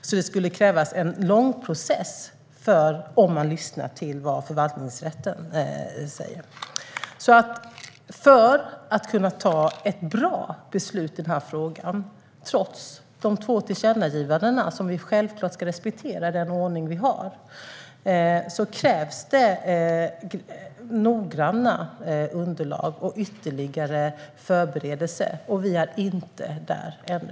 Det skulle alltså krävas en lång process om man lyssnar till vad förvaltningsrätten säger. För att kunna ta ett bra beslut i den här frågan, trots de två tillkännagivanden som vi självklart ska respektera i den ordning vi har, krävs det noggranna underlag och ytterligare förberedelse. Där är vi inte ännu.